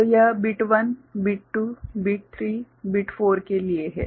तो यह bit 1 bit 2 bit 3 bit 4 के लिए है